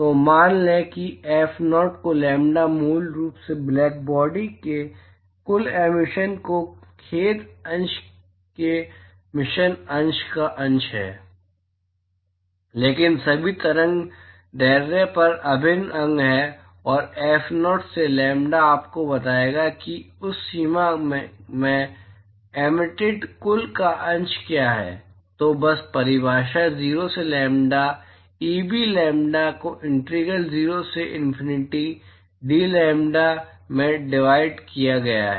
तो मान लें कि F0 को लैम्ब्डा मूल रूप से ब्लैक बॉडी से कुल एमिशन के खेद अंश के मिशन अंश का अंश है लेकिन सभी तरंग दैर्ध्य पर अभिन्न अंग है और F0 से लैम्ब्डा आपको बताएगा कि उस सीमा में एमिटिड कुल का अंश क्या है तो बस परिभाषा 0 से लैम्ब्डा ईबी लैम्ब्डा को इंटीग्रल 0 से इन्फिनिटी डलाम्ब्डा में डिवाइड किया गया है